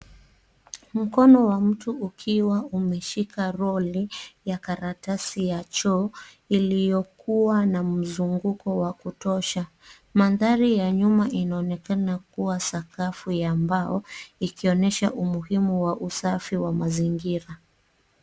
Mkono wa mtu ukiwa umeshika roli, ya karatasi ya choo, iliyokuwa na mzunguko wa kutosha. Mandhari ya nyuma inaonekana kuwa sakafu ya mbao, ikionyesha umuhimu wa usafi wa mazingira.